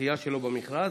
הזכייה שלו במכרז,